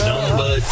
Number